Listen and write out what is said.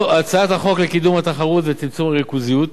הצעת החוק לקידום התחרות ולצמצום הריכוזיות,